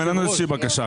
אין לנו איזו בקשה אחרת.